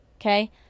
okay